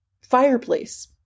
fireplace